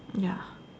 ya